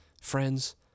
friends